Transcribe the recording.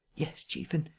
yes, chief, and.